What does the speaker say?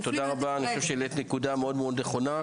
תודה רבה, אני חושב שהעלית נקודה מאוד נכונה.